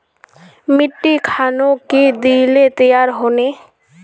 मिट्टी खानोक की दिले तैयार होने?